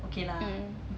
mm